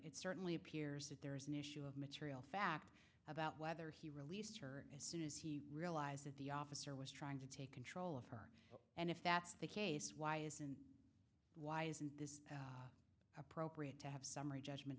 it certainly appears that there is an issue of material fact about whether here as soon as he realized that the officer was trying to take control of her and if that's the case why isn't why isn't this appropriate to have summary judgment